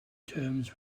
terms